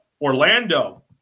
Orlando